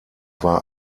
war